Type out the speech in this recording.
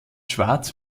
schwarz